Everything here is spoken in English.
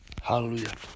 Hallelujah